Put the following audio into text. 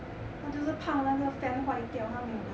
她就是怕那个 fan 坏掉她没有的